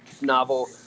novel